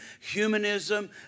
humanism